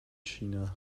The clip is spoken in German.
china